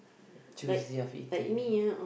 choosy of eating